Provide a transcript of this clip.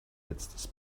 letztes